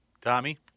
Tommy